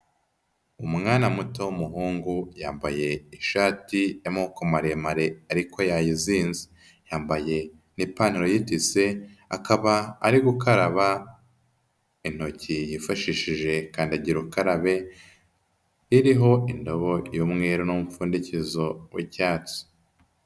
Umwana muto w'umuhungu yambaye ishati y'amaboko maremare ariko yayizinze. Yambaye n'ipantaro y'itise akaba ari gukaraba intoki yifashishije kandagira ukarabe iriho indobo y'umweru n'umupfundikizo w'icyatsi.